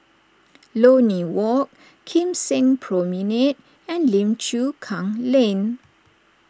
Lornie Walk Kim Seng Promenade and Lim Chu Kang Lane